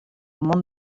món